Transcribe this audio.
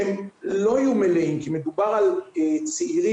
שהם לא יהיו מלאים כי מדובר על צעירים